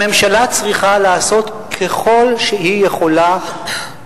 הממשלה צריכה לעשות ככל שהיא יכולה,